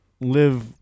live